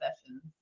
sessions